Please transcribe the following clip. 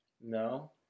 No